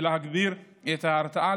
להגביר את ההרתעה,